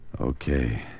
Okay